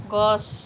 গছ